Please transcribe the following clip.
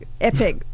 epic